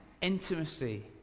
Intimacy